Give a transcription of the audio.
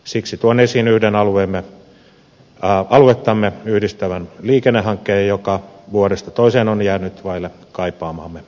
siksi tuon esiin yhden aluettamme yhdistävän liikennehankkeen joka vuodesta toiseen on jäänyt vaille kaipaamaamme rakentamispäätöstä